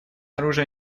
оружие